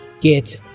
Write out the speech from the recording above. Get